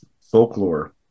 folklore